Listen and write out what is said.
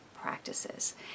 practices